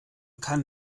kann